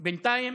אבל בינתיים